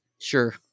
Sure